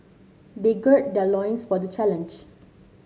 they gird their loins for the challenge